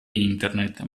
internet